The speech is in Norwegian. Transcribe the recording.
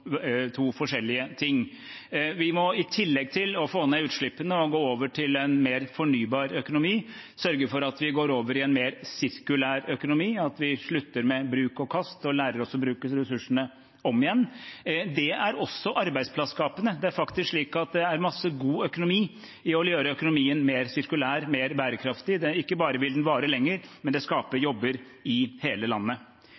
to forskjellige ting. Vi må i tillegg til å få ned utslippene og gå over til en mer fornybar økonomi sørge for at vi går over i en mer sirkulær økonomi, at vi slutter med bruk-og-kast og lærer oss å bruke ressursene om igjen. Det er også arbeidsplasskapende. Det er faktisk slik at det er masse god økonomi i å gjøre økonomien mer sirkulær, mer bærekraftig. Ikke bare vil den vare lenger, men det skaper